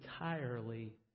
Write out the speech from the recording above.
entirely